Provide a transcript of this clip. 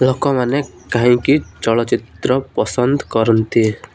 ଲୋକମାନେ କାହିଁକି ଚଳଚ୍ଚିତ୍ର ପସନ୍ଦ କରନ୍ତି